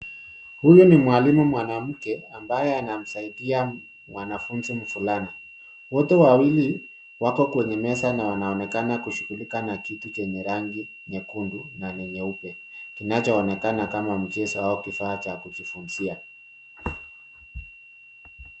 Huyu ni mwalimu mwanamke ambaye anamsaidia mwanafunzi mvulana. Wote wawili wako kwenye meza na wanonekana kushughulika na kitu chenye rangi nyekundu na nyeupe. Kinachoonekana kama mchezo au kifaa cha kujifunzia.